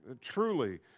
Truly